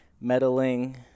meddling